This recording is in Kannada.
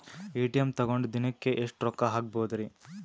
ಎ.ಟಿ.ಎಂ ತಗೊಂಡ್ ದಿನಕ್ಕೆ ಎಷ್ಟ್ ರೊಕ್ಕ ಹಾಕ್ಬೊದ್ರಿ?